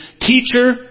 Teacher